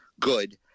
good